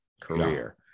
career